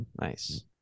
Nice